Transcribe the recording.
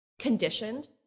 conditioned